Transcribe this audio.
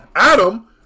Adam